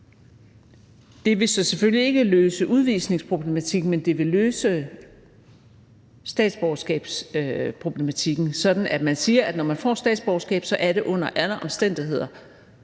Det vil så selvfølgelig ikke løse udvisningsproblematikken, men det vil løse statsborgerskabsproblematikken, sådan at man siger, at når nogen får et statsborgerskab, er det under alle omstændigheder